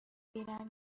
بینم